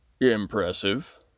Impressive